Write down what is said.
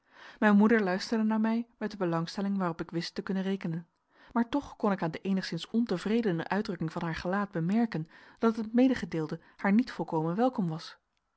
mijn moeder luisterde naar mij met de belangstelling waarop ik wist te kunnen rekenen maar toch kon ik aan de eenigszins ontevredene uitdrukking van haar gelaat bemerken dat het medegedeelde haar niet volkomen welkom was